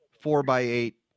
four-by-eight